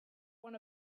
one